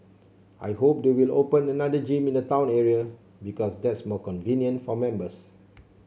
I hope they will open another gym in the town area because that's more convenient for members